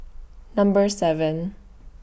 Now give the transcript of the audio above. Number seven